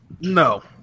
No